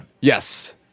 Yes